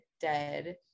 dead